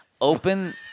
open